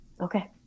okay